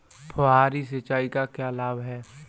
फुहारी सिंचाई के क्या लाभ हैं?